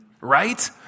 right